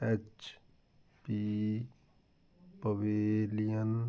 H P pavilion